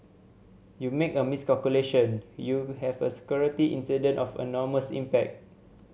you make a miscalculation you have a security incident of enormous impact